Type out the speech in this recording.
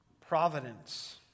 providence